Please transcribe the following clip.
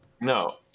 No